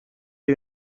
you